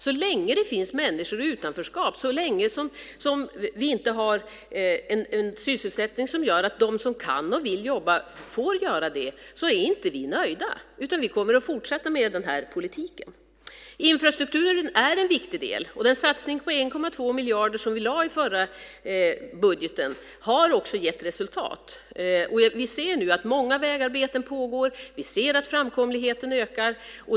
Så länge det finns människor i utanförskap, så länge som vi inte har en sysselsättning som gör att de som kan och vill jobba får göra det är vi inte nöjda, utan vi kommer att fortsätta med den här politiken. Infrastrukturen är en viktig del. Den satsning på 1,2 miljarder som vi lade fram i förra budgeten har också gett resultat. Vi ser nu att många vägarbeten pågår. Vi ser att framkomligheten ökar.